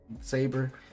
saber